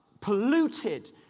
polluted